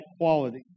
quality